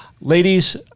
ladies